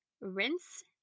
rinse